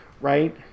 right